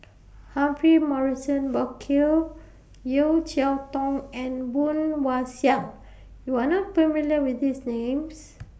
Humphrey Morrison Burkill Yeo Cheow Tong and Woon Wah Siang YOU Are not familiar with These Names